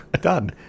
done